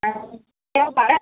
অঁ দেওবাৰে